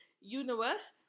universe